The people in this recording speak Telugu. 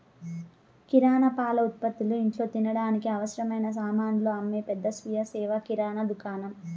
కిరణా, పాల ఉత్పతులు, ఇంట్లో తినడానికి అవసరమైన సామానులు అమ్మే పెద్ద స్వీయ సేవ కిరణా దుకాణం